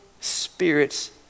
spirits